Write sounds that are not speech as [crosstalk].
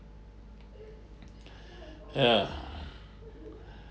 [breath] ya